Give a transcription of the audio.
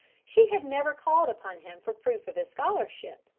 she had never called upon him for proof of his scholarship,